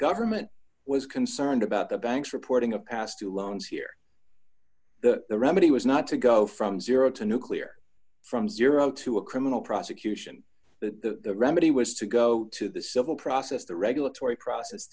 government was concerned about the banks reporting a pass to loans here the remedy was not to go from zero to nuclear from zero to a criminal prosecution the remedy was to go to the civil process the regulatory process